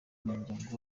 umuryango